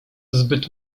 zbyt